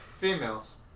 females